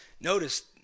Notice